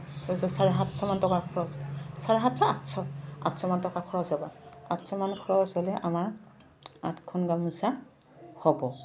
ছয়শ চাৰে সাতশমান টকা খৰচ চাৰে সাতশ আঠশ আঠশমান টকা খৰচ হ'ব আঠশমান খৰচ হ'লে আমাৰ আঠখন গামোচা হ'ব